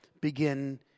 begin